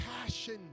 passion